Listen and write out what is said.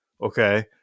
Okay